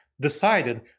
decided